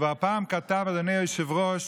כבר פעם כתב, אדוני היושב-ראש,